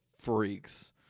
freaks